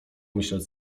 myśleć